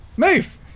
Move